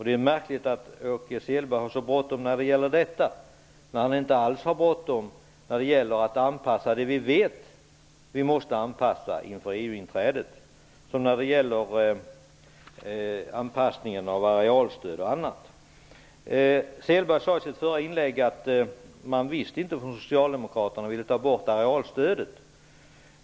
Det är märkligt att Åke Selberg har så bråttom när det gäller detta, när han inte alls har bråttom när det gäller att anpassa det vi vet att vi måste anpassa inför EU-inträdet, t.ex. arealstöd och annat. Selberg sade i sitt förra inlägg att socialdemokraterna visst inte vill ta bort arealstödet.